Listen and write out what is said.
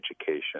education